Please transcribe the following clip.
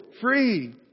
free